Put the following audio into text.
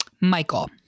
michael